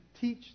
teach